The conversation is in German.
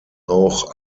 auch